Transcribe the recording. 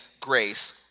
grace